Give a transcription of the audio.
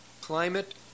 Climate